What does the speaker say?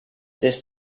this